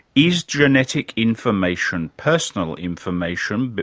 is genetic information personal information, but